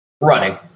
Running